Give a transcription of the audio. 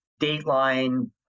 Dateline